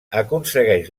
aconsegueix